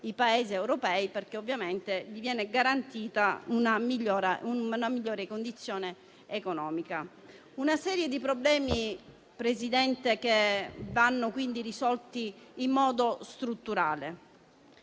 Paesi europei, perché ovviamente le viene garantita una migliore condizione economica. Si tratta di una serie di problemi, Presidente, che va risolta in modo strutturale.